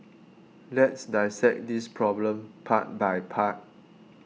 let's dissect this problem part by part